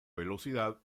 velocidad